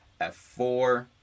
f4